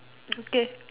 okay